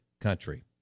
country